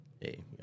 hey